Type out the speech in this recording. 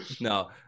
No